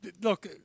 look